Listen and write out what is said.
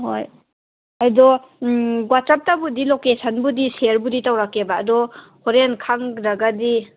ꯍꯣꯏ ꯑꯗꯣ ꯋꯥꯆꯞꯇꯕꯨꯗꯤ ꯂꯣꯀꯦꯁꯟꯕꯨꯗꯤ ꯁꯤꯌꯔꯕꯨꯗꯤ ꯇꯧꯔꯛꯀꯦꯕ ꯑꯗꯣ ꯍꯣꯔꯦꯟ ꯈꯪꯗ꯭ꯔꯒꯗꯤ